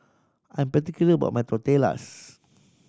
I'm particular about my Tortillas